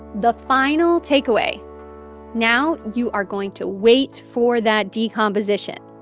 the final takeaway now you are going to wait for that decomposition.